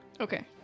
Okay